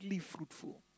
fruitful